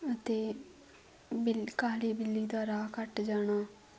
ਅਤੇ ਬਿਲ ਕਾਲੀ ਬਿੱਲੀ ਦਾ ਰਾਹ ਕੱਟ ਜਾਣਾ